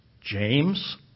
James